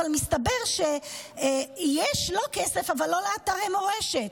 אבל מסתבר שיש לו כסף אבל אין לאתרי מורשת.